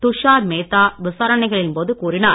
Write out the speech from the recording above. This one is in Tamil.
துஷார் மேத்தா விசாரணைகளின் போது கூறினார்